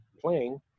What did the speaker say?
playing